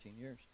years